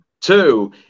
Two